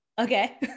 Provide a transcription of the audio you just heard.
okay